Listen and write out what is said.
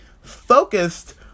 focused